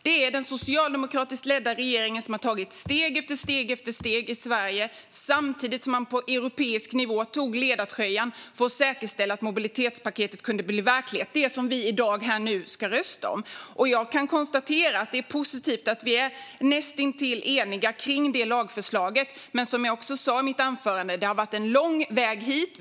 Det är den socialdemokratiskt ledda regeringen som har tagit steg efter steg i Sverige samtidigt som man på europeisk nivå har tagit ledartröjan för att säkerställa att mobilitetspaketet, som vi i dag ska rösta om, har kunnat bli verklighet. Jag kan också konstatera att det är positivt att vi är näst intill eniga om det lagförslaget, men som jag sa i mitt anförande har det varit en lång väg hit.